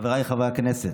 חבריי חברי הכנסת,